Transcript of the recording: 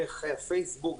דרך הפייסבוק,